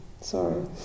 sorry